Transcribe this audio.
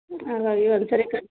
ಹಾಗಾಗಿ ಒಂದು ಸಾರಿ ಕ